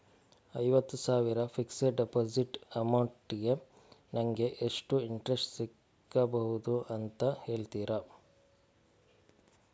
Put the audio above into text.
ಐವತ್ತು ಸಾವಿರ fixed deposit amount ಗೆ ನಂಗೆ ಎಷ್ಟು ಇಂಟ್ರೆಸ್ಟ್ ಸಿಗ್ಬಹುದು ಅಂತ ಹೇಳ್ತೀರಾ?